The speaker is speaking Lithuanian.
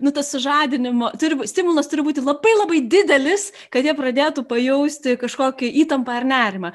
na tas žadinimo turi būti stimulas turi būti labai labai didelis kad jie pradėtų pajausti kažkokią įtampą ar nerimą